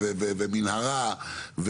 ומנהרה,